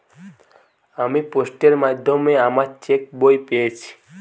আমি পোস্টের মাধ্যমে আমার চেক বই পেয়েছি